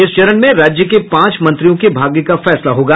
इस चरण में राज्य के पांच मंत्रियों के भाग्य का फैसला होगा